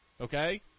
okay